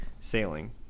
sailing